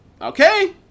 Okay